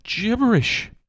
gibberish